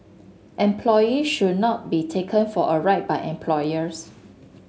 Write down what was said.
employees should not be taken for a ride by employers